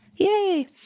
Yay